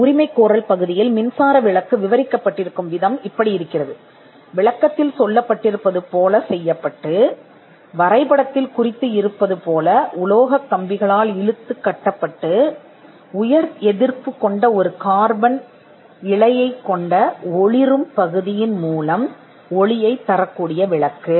ஆனால் ஒரு உரிமைகோரலில் மின்சார விளக்கை விவரிக்கும் விதம் ஒளிரும் ஒளியைக் கொடுப்பதற்கான மின்சார விளக்கு ஆகும் இது உயர் எதிர்ப்பின் கார்பனின் ஒரு இழை கொண்டதாக விவரிக்கப்படுகிறது மற்றும் உலோக கம்பிகளால் பாதுகாக்கப்படுகிறது